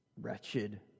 wretched